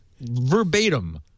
verbatim